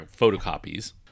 photocopies